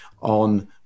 on